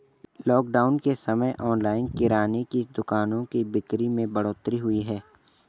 lockdown के समय online किराने की दुकानों की बिक्री में बढ़ोतरी हुई है